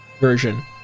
version